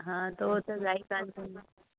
हा त उहो त राइट कान पवंदो